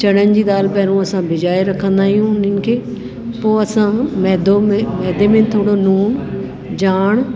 चणनि जी दाल पहिरियों असां बिगोए रखंदा आहियूं उन्हनि खे पोइ असां मैदो में मैदे में थोरो लूणु जाण